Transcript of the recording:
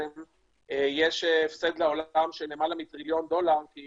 יש הפסד לעולם של למעלה מטריליון דולר כי